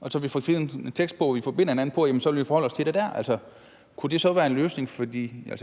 og så kunne vi få en tekst om, at vi forpligter hinanden på, at vi så vil forholde os til det der. Kunne det være en løsning? For